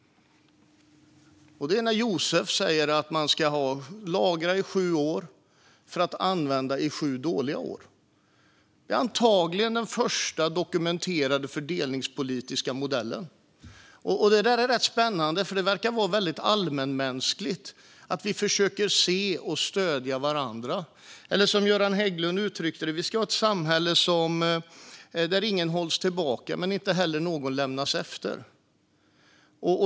Det är när Josef säger att man ska lagra i sju år för att använda under sju dåliga år. Det är antagligen den första dokumenterade fördelningspolitiska modellen. Detta är rätt spännande, för det verkar vara rätt allmänmänskligt att vi försöker se och stödja varandra. Eller som Göran Hägglund uttryckte det: Vi ska ha ett samhälle där ingen hålls tillbaka och inte heller någon lämnas efter.